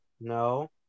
No